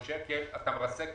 ותגידו שעכשיו אתם מתחילים עם הצדק.